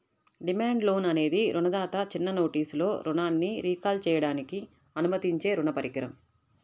demand loan అనేది రుణదాత చిన్న నోటీసులో రుణాన్ని రీకాల్ చేయడానికి అనుమతించే రుణ పరికరం